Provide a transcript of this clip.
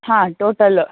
ಹಾಂ ಟೋಟಲ್